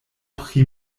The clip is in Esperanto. pri